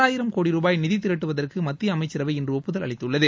ஆயிரம் கோடி ரூபாய் நிதி திரட்டுவதற்கு மத்திய அமைச்சரவை இன்று ஒப்புதல் அளித்துள்ளது